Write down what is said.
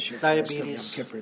Diabetes